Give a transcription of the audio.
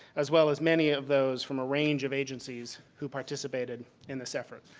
as well as many of those from a range of agencies who participated in this effort.